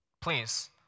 please